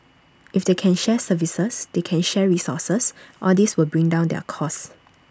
if they can share services they can share resources all these will bring down their cost